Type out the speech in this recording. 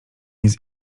nic